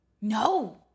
No